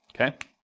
Okay